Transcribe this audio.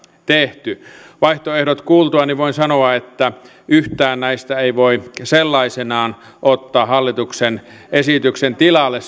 tehty vaihtoehdot kuultuani voin sanoa että yhtään näistä ei voi sellaisenaan ottaa hallituksen esityksen tilalle